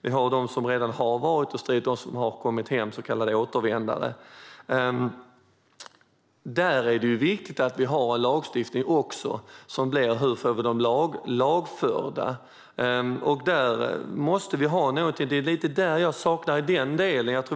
Vi har dem som redan har varit och stridit och som har kommit hem, så kallade återvändare. Där är det viktigt att vi har en lagstiftning också om hur vi får dem lagförda.